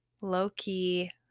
low-key